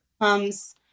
comes